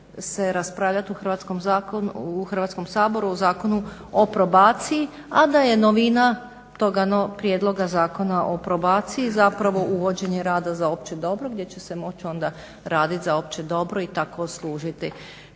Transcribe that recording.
će se raspravljati u Hrvatskom saboru o Zakonu o probaciji, a da je novina toga prijedloga Zakona o probaciji zapravo uvođenje rada za opće dobro gdje će se moći onda raditi za opće dobro i tako služiti